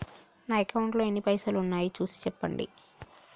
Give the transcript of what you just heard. నా అకౌంట్లో ఎన్ని పైసలు ఉన్నాయి చూసి చెప్పండి?